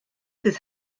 bydd